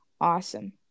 awesome